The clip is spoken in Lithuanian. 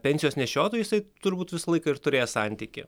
pensijos nešiotoju jisai turbūt visą laiką ir turės santykį